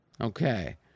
Okay